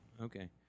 okay